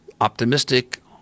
optimistic